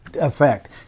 effect